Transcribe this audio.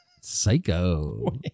Psycho